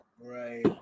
Right